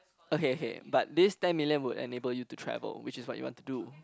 okay okay but this ten million would enable you to travel which is what you want to do